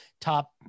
top